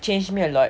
changed me a lot